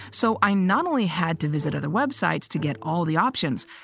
so i not only had to visit other websites to get all the options,